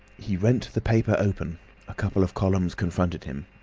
he rent the paper open a couple of columns confronted him.